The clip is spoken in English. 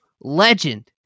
legend